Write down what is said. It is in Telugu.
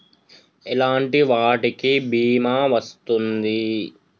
ఎలాంటి వాటికి బీమా వస్తుంది?